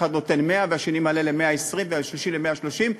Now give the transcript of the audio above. נותן 100 והשני מעלה ל-120 והשלישי ל-130.